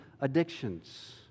addictions